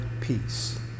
peace